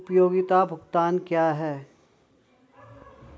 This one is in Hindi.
उपयोगिता भुगतान क्या हैं?